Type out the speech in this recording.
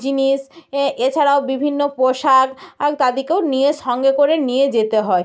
জিনিস এছাড়াও বিভিন্ন পোশাক আক্ তাদেরকেও নিয়ে সঙ্গে করে নিয়ে যেতে হয়